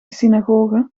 synagoge